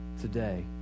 today